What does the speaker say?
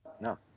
no